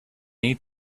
need